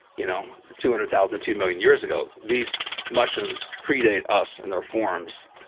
you know the two hundred thousand, two million years ago. these mushrooms predate us in their forms,